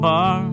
Bar